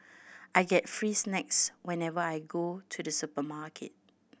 I get free snacks whenever I go to the supermarket